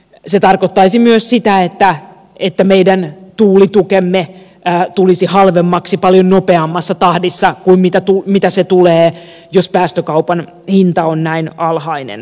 se tarkoittaisi myös sitä että meidän tuulitukemme tulisi halvemmaksi paljon nopeammassa tahdissa kuin se tulee jos päästökaupan hinta on näin alhainen